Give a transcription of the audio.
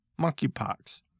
monkeypox